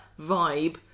vibe